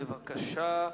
בבקשה.